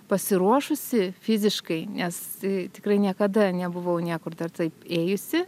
pasiruošusi fiziškai nes tikrai niekada nebuvau niekur dar taip ėjusi